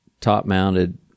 top-mounted